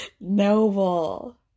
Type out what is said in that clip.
Noble